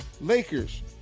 Lakers